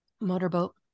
Motorboat